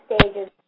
stages